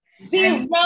Zero